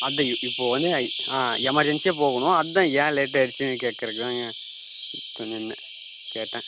அதுதான் இ இப்போது வந்து ஐ ஆ எமர்ஜென்சியாக போகணும் அதுதான் ஏன் லேட்டாகிடுச்சினு கேட்கறக்கு தாங்க ஒன்றில்ல கேட்டேன்